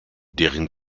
deren